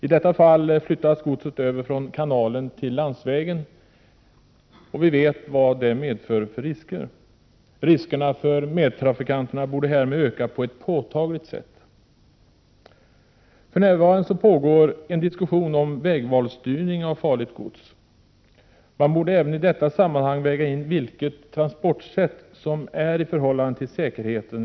I detta fall flyttas godset över från kanalen till landsvägen, och vi vet vilka risker det medför. Riskerna för medtrafikanterna ökar påtagligt. För närvarande pågår en diskussion om vägvalsstyrning när det gäller farligt gods. Man borde även i detta sammanhang väga in vilket transportsätt som är lämpligast med hänsyn till säkerheten.